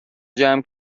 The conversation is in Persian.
جمع